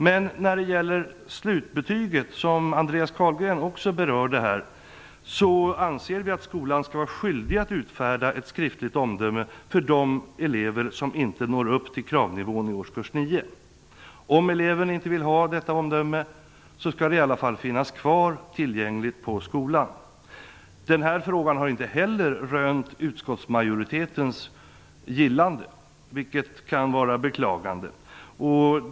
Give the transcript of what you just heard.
Men när det gäller slutbetyget, som Andreas Carlgren också berörde här, anser vi att skolan skall vara skyldig att utfärda ett skriftligt omdöme för de elever som inte når upp till kravnivån i årskurs 9. Om eleven inte vill ha detta omdöme skall det i alla fall finnas kvar tillgängligt på skolan. Den här frågan har inte heller rönt utskottsmajoritetens gillande, vilket kan vara beklagligt.